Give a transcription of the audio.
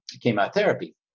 chemotherapy